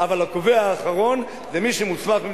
אבל הקובע האחרון זה מי שמוסמך.